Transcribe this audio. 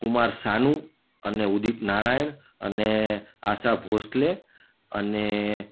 કુમાર સાનું અને ઉદિત નારાયણ અને આશા ભોંસલે અને